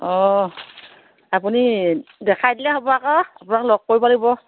অঁ আপুনি দেখাই দিলে হ'ব আকৌ আপোনাক লগ কৰিব পাৰিব